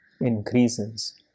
increases